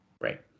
right